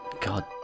God